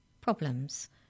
Problems